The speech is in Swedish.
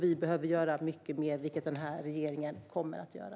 Vi behöver göra mycket mer, vilket den här regeringen kommer att göra.